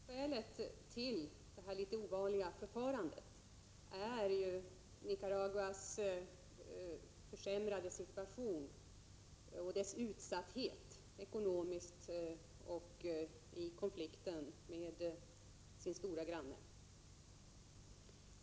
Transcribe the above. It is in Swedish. Herr talman! Skälet till det något ovanliga förfarandet är Nicaraguas försämrade situation och dess utsatthet ekonomiskt och i konflikten med sin stora granne.